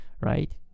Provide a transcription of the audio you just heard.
right